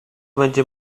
będzie